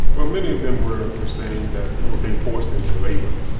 well, many of them were were saying that they were being forced into labor.